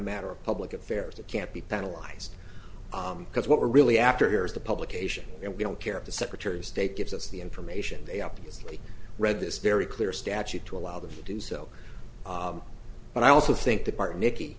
matter of public affairs that can't be penalized because what we're really after here is the publication and we don't care if the secretary of state gives us the information they obviously read this very clear statute to allow them to do so but i also think that part nicky